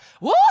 Woo